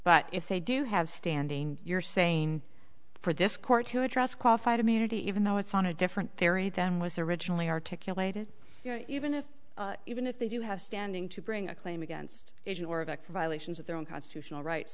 but if they do have standing you're saying for this court to address qualified immunity even though it's on a different theory than was originally articulated even if even if they do have standing to bring a claim against it or of act violations of their own constitutional rights